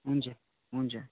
हुन्छ हुन्छ